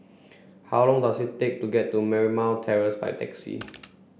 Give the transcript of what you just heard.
how long does it take to get to Marymount Terrace by taxi